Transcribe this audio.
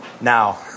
Now